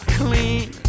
clean